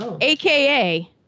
AKA